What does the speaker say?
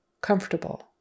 Comfortable